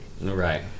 Right